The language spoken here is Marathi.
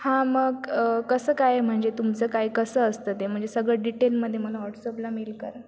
हां मग कसं काय म्हणजे तुमचं काय कसं असतं ते म्हणजे सगळं डिटेलमध्ये मला ऑट्सअपला मेल करा